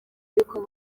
yuko